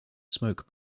smoke